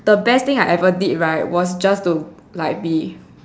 the bad thing I ever did right was just to like be